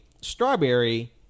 strawberry